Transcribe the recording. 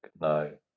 no